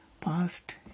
Past